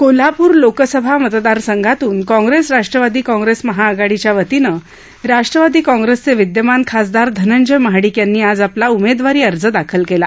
कोल्हापूर लोकसभा मतदारसंघातून Congress Rashtravadi Congress महाआघाडीच्या वतीनं राष्ट्रवादी काँप्रेसचे विद्यमान खासदार धनंजय महाडीक यांनी आज आपला उमेदवारी अर्ज दाखल केला